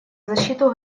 защиту